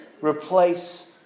replace